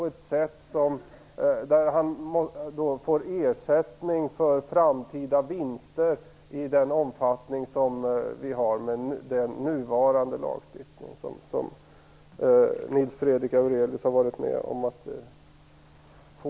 Det är inte rimligt att han får ersättning för framtida vinster i den omfattning som sker enligt den nuvarande lagstiftningen. Den lagstiftningen har Nils Fredrik Aurelius varit med om att skapa.